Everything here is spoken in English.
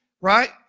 Right